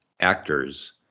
actors